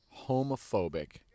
homophobic